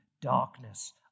darkness